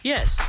Yes